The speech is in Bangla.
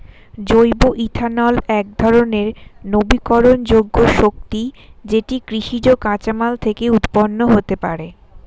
জৈব ইথানল একধরণের নবীকরণযোগ্য শক্তি যেটি কৃষিজ কাঁচামাল থেকে উৎপন্ন হতে পারে